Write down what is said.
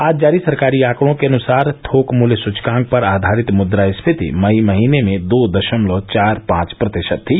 आज जारी सरकारी आंकड़ों के अनुसार थोक मूल्य सूचकांक पर आधारित मुद्रास्फीति मई महीने में दो दशमलव चार पांच प्रतिशत थी